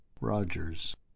rogers